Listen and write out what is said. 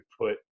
put